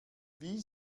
wie